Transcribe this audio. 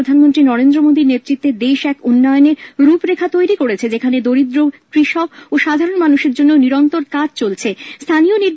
প্রধানমন্ত্রী নরেন্দ্র মোদীর নেতৃত্বে দেশ এক উন্নয়নের রূপরেখা তৈরি করেছে যেখানে দরিদ্র কৃষক ও সাধারণ মানুশের জন্য নিরন্তর কাজ চলেছে বলে তিনি মন্তব্য করেন